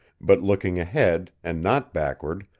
but looking ahead, and not backward,